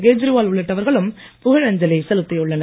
கெஜ்ரிவால் உள்ளிட்டவர்களும் புகழஞ்சலில செலுத்தியுள்ளனர்